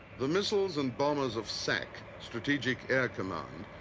the missiles and bombers of sac, strategic air command,